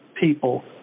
people